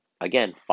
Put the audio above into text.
Again